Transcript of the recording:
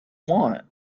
want